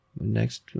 next